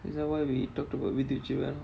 is that why we talked about with your children